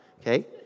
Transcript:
Okay